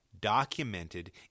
documented